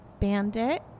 Bandit